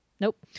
Nope